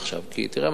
תראה מה קורה פה,